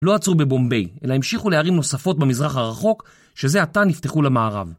לא עצרו בבומבי, אלא המשיכו לערים נוספות במזרח הרחוק, שזה עתה נפתחו למערב.